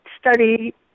study